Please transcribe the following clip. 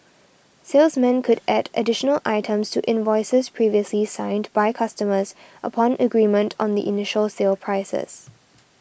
salesmen could add additional items to invoices previously signed by customers upon agreement on the initial sale prices